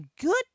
good